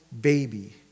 baby